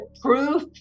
proof